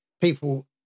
people